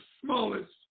smallest